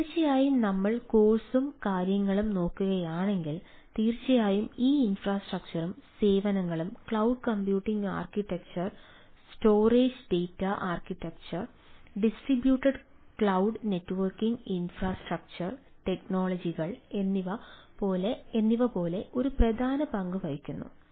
അതിനാൽ തീർച്ചയായും നമ്മൾ കോഴ്സും കാര്യങ്ങളും നോക്കുകയാണെങ്കിൽ തീർച്ചയായും ഈ ഇൻഫ്രാസ്ട്രക്ചറും സേവനങ്ങളും cloud computing architecture storage data architecture distributed cloud networking infrastructure ടെക്നോളജികൾ എന്നിവ പോലെ ഒരു പ്രധാന പങ്ക് വഹിക്കുന്നു